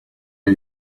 are